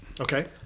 Okay